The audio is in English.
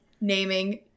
naming